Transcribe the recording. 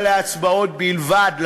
אלא להצבעות בלבד,